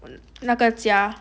那个家